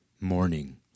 morning